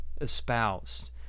espoused